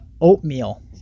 Oatmeal